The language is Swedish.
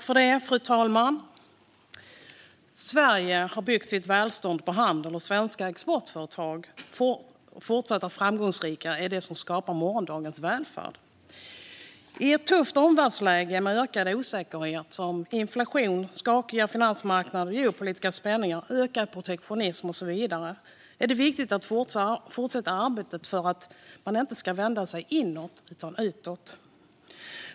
Fru talman! Sverige har byggt sitt välstånd på handel, och att svenska exportföretag fortsatt är framgångsrika är det som skapar morgondagens välfärd. I ett tufft omvärldsläge med ökad osäkerhet, inflation, skakiga finansmarknader, geopolitiska spänningar, ökad protektionism och så vidare är det viktigt att fortsätta arbetet för att man inte ska vända sig inåt utan utåt.